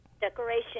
Decoration